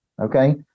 okay